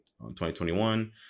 2021